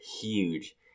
huge